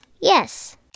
Yes